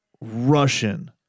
Russian